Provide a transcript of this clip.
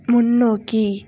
முன்னோக்கி